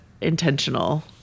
intentional